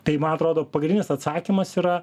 tai man atrodo pagrindinis atsakymas yra